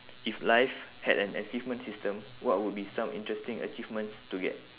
if life had an achievement system what would be some interesting achievements to get